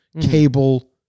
cable